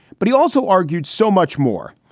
but he also argued so much more.